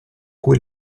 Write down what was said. cui